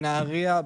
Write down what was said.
בנהריה,